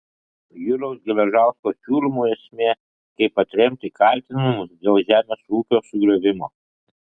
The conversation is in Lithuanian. juliaus geležausko siūlymų esmė kaip atremti kaltinimus dėl žemės ūkio sugriovimo